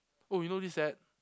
oh you know this set